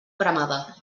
cremada